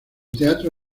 teatro